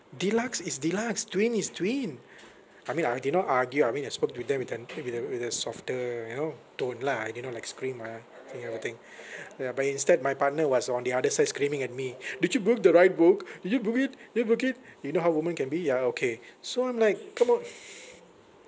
deluxe is deluxe twin is twin I mean I did not argue I mean I spoke with them with a with a with a softer you know tone lah I did not like scream ah thing everything ya but instead my partner was on the other side screaming at me did you book the right book did you book it did you book it you know how woman can be ya okay so I'm like come on